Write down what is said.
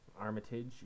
Armitage